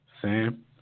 Sam